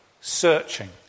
searching